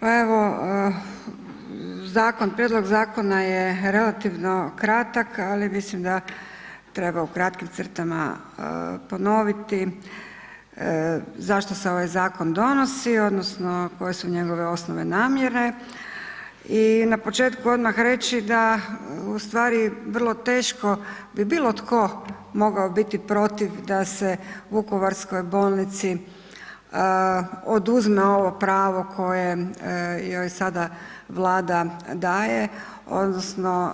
Pa evo, zakon, prijedlog zakona je relativno kratak, ali mislim da treba u kratkim crtama ponoviti zašto se ovaj zakon donosi odnosno koje su njegove osnovne namjene i na početku odmah reći da ustvari vrlo teško bi bilo tko mogao biti protiv da se vukovarskoj bolnici oduzme ovo pravo koje joj sada Vlada daje, odnosno